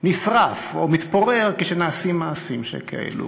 נשרף או מתפורר כאשר נעשים מעשים שכאלה.